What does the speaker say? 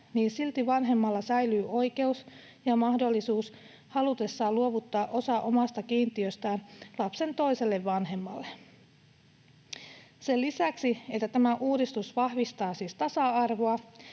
niin silti vanhemmalla säilyy oikeus ja mahdollisuus halutessaan luovuttaa osa omasta kiintiöstään lapsen toiselle vanhemmalle. Sen lisäksi, että tämä uudistus vahvistaa siis tasa-arvoa